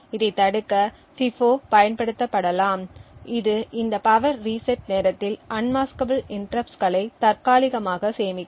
இதைத் தடுக்க FIFO பயன்படுத்தலாம் இது இந்த பவர் ரீசெட் நேரத்தில் அன்மாஸ்க்கபூள் இன்டெர்ருப்ட்ஸ்களை தற்காலிகமாக சேமிக்கும்